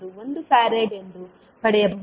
1 farad ಎಂದು ಪಡೆಯಬಹುದು